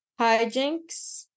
hijinks